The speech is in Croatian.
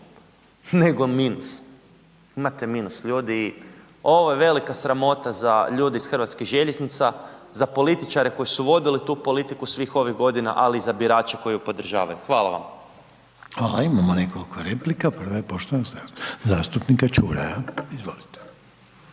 nego minus, imate minus ljudi ovo je velika sramota za ljude iz hrvatskih željeznica, za političare koji su vodili tu politiku svih ovih godina, ali i za birače koji ju podržavaju. Hvala vam. **Reiner, Željko (HDZ)** Hvala, imamo nekoliko replika, prva je poštovanog zastupnika Čuraja, izvolite.